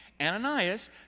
Ananias